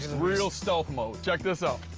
real stealth mode. check this out.